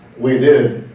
we did.